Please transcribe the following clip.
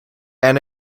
and